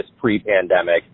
pre-pandemic